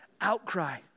outcry